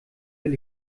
will